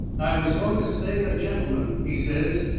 i was going to say a gentleman, he says,